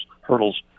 hurdles